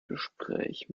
gespräch